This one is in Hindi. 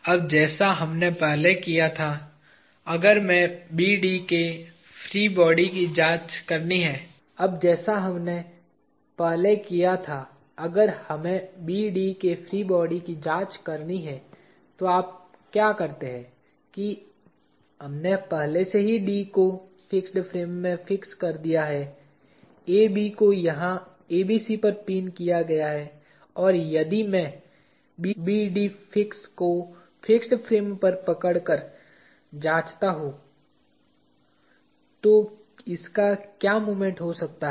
अब जैसा हमने पहले किया था अगर हमें BD के फ्री बॉडी की जांच करनी है तो आप क्या करते हैं कि हमने पहले से ही D को फिक्स फ्रेम में फिक्स कर दिया है AB को यहाँ ABC पर पिन किया गया है और यदि मैं BD फिक्स को फिक्स फ्रेम पर पकड़कर जाँचता हूँ तो इसका क्या मोमेंट हो सकता है